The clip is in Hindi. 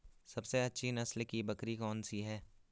सबसे अच्छी नस्ल की बकरी कौन सी है?